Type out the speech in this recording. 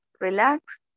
relax